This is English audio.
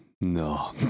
No